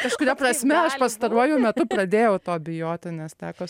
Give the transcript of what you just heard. kažkuria prasme pastaruoju metu pradėjau to bijoti nes teko